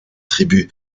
tribus